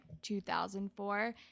2004